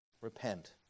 Repent